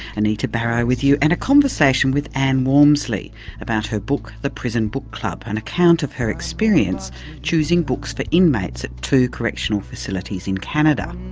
anita barraud with you, and a conversation with anne walmsley about her book the prison book club, an account of her experience choosing books for inmates at two correctional facilities in canada.